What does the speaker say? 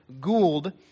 Gould